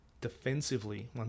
defensively